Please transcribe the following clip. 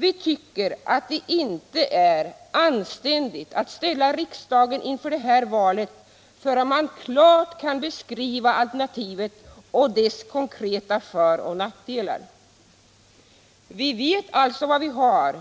Vi tycker att det inte är anständigt att ställa riksdagen inför det här valet förrän man klart kan beskriva alternativet och dess konkreta för och nackdelar. Vi vet alltså vad vi har